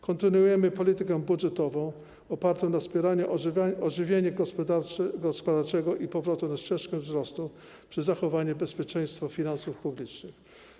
Kontynuujemy politykę budżetową opartą na wspieraniu ożywienia gospodarczego i powrotu na ścieżkę wzrostu przy zachowaniu bezpieczeństwa finansów publicznych.